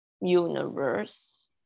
universe